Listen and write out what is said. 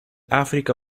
áfrica